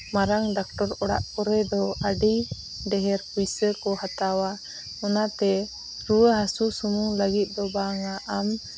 ᱢᱟᱨᱟᱝ ᱰᱟᱠᱴᱚᱨ ᱚᱲᱟᱜ ᱠᱚᱨᱮ ᱫᱚ ᱟᱹᱰᱤ ᱰᱷᱮᱹᱨ ᱯᱩᱭᱥᱟᱹ ᱠᱚ ᱦᱟᱛᱟᱣᱟ ᱚᱱᱟᱛᱮ ᱨᱩᱣᱟᱹᱼᱦᱟᱹᱥᱩ ᱥᱩᱢᱩᱝ ᱞᱟᱹᱜᱤᱫ ᱫᱚ ᱵᱟᱝᱟ ᱟᱢ